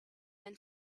then